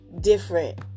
different